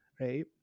right